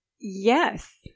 Yes